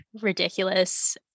ridiculous